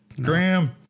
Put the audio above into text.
Graham